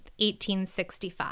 1865